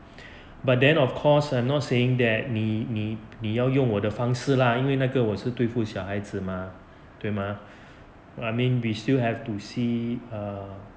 but then of course I'm not saying that 你你你要用我的方式啦因为那个我是对付小孩子吗对吗 I mean we still have to see